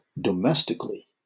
domestically